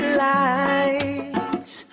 lights